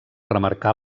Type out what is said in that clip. remarcar